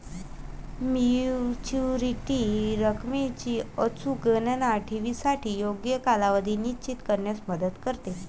maturity रकमेची अचूक गणना ठेवीसाठी योग्य कालावधी निश्चित करण्यात मदत करते